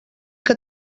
que